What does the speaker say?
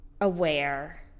aware